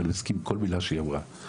ואני מסכים עם כל מילה שהיא אמרה,